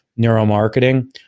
neuromarketing